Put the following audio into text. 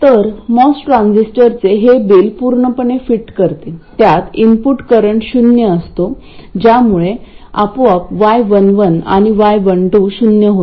तर मॉस ट्रान्झिस्टरचे हे बिल पूर्णपणे फिट करते त्यात इनपुट करंट शून्य असतो ज्यामुळे आपोआप y11 आणि y12 शून्य होते